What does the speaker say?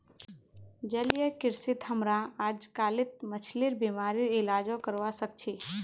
जलीय कृषित हमरा अजकालित मछलिर बीमारिर इलाजो करवा सख छि